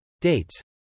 Dates